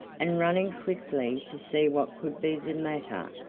and running quickly to see what could be the matter,